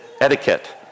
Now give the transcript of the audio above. Etiquette